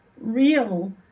real